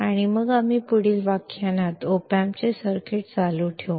ತದನಂತರ ನಾವು ಮುಂದಿನ ಉಪನ್ಯಾಸದಲ್ಲಿ ಒಪಾಮ್ಪ್ ನ ಸರ್ಕ್ಯೂಟ್ ಗಳನ್ನು ಮುಂದುವರಿಸುತ್ತೇವೆ